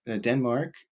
Denmark